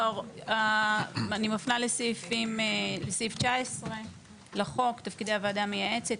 אני מפנה לסעיף 19 לחוק, תפקידי הוועדה המייעצת.